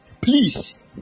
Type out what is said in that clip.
please